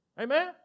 Amen